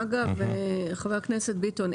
אגב חבר הכנסת ביטון,